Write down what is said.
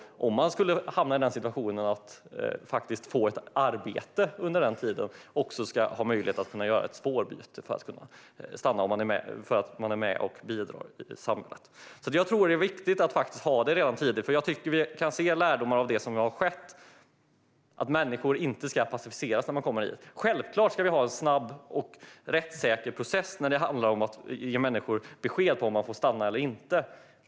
Om man skulle hamna i situationen att man får ett arbete under den tiden ska man ha möjlighet att göra ett spårbyte för att kunna stanna. Då är man med och bidrar i samhället. Jag tror att det är viktigt att ha detta tidigt. Jag tycker att vi kan dra lärdomar av det som har skett. Människor ska inte passiviseras när de kommer hit. Självklart ska vi ha en snabb och rättssäker process för att ge människor besked om huruvida de får stanna eller inte.